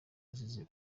azize